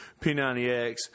P90X